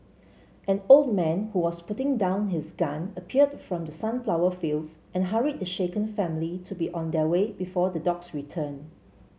an old man who was putting down his gun appeared from the sunflower fields and hurried the shaken family to be on their way before the dogs return